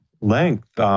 length